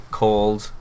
called